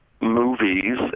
movies